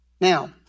Now